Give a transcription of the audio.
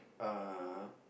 uh